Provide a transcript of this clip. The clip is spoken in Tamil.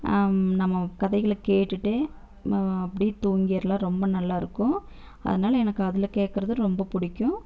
நம்ம கதைகளை கேட்டுகிட்டே அப்படியே தூங்கிடலாம் ரொம்ப நல்லா இருக்கும் அதனால எனக்கு அதில் கேட்குறது ரொம்ப பிடிக்கும்